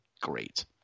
great